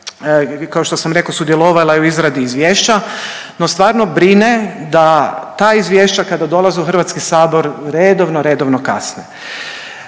kao što sam rekao sudjelovala je u izradi izvješća no stvarno brine da ta izvješća kada dolaze u HS redovno, redovno kasne.